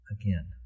again